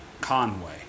Conway